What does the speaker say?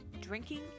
drinking